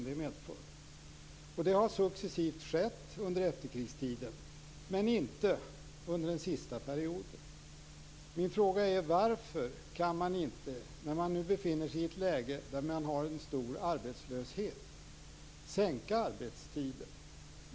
Det har skett successivt under efterkrigstiden men inte under den sista perioden. Min fråga är varför man inte när man nu befinner sig i ett läge med en stor arbetslöshet kan sänka arbetstiden.